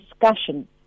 discussion